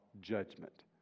judgment